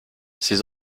ses